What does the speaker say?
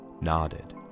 Nodded